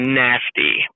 nasty